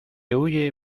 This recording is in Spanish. huye